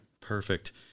perfect